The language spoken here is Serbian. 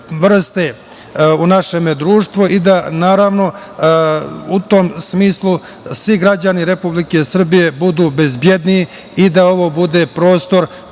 vrste u našem društvu, i da, naravno, u tom smislu, svi građani Republike Srbije budu bezbedniji i da ovo bude prostor